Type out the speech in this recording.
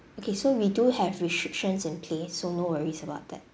okay so we do have restrictions in place so no worries about that